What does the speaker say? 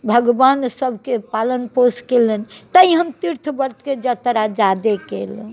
भगवान सभके पालन पोषण कयलनि तैँ हम तीर्थ वर्थके जात्रा जादा केलहुँ